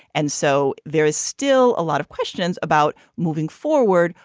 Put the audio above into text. and so there is still a lot of questions about moving forward.